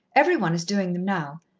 every one is doing them now.